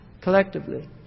collectively